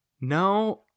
No